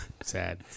Sad